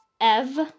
Ev